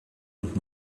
und